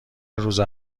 روز